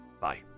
Bye